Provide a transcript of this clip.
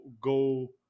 go